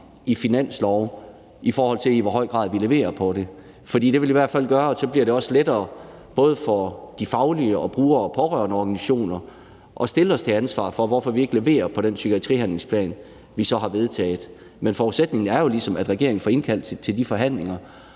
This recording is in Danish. i finanslove, i forhold til i hvor høj grad vi leverer på det. Det ville i hvert fald gøre, at det så også bliver lettere for både brugere og de faglige organisationer og pårørendeorganisationer at stille os til ansvar for, hvorfor vi ikke leverer på den psykiatrihandlingsplan, vi så har vedtaget. Men forudsætningen er jo ligesom, at regeringen får indkaldt til de forhandlinger,